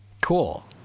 cool